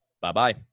Bye-bye